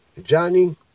Johnny